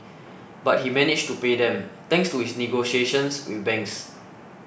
but he managed to pay them thanks to his negotiations with banks